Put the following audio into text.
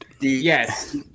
yes